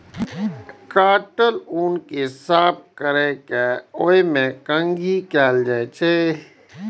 काटल ऊन कें साफ कैर के ओय मे कंघी कैल जाइ छै